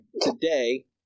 today